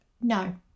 No